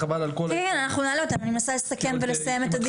כן, אנחנו נעלה אותם, אני מנסה לסכם את הדיון.